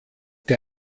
der